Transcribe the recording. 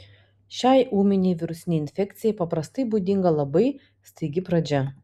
šiai ūminei virusinei infekcijai paprastai būdinga labai staigi pradžia